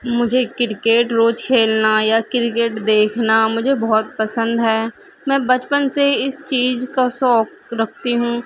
مجھے کرکٹ روز کھیلنا یا کرکٹ دیکھنا مجھے بہت پسند ہے میں بچپن سے اس چیز کا شوق رکھتی ہوں